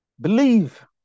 Believe